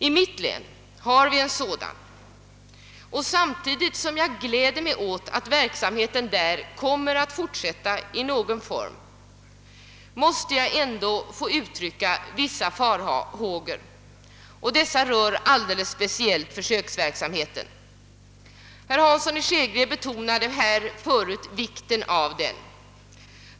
I mitt län har vi en sådan, oeh samtidigt som jag gläder mig åt att verksamheten där kommer att fortsätta i någon form måste jag ändå uttrycka vissa farhågor. Dessa rör alldeles speciellt försöksverksamheten. Herr Hansson i Skegrie betonade här. förut vikten av denna.